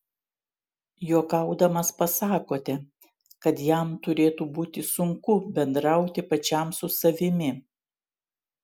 juokaudamas pasakote kad jam turėtų būti sunku bendrauti pačiam su savimi